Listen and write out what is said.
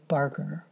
Barker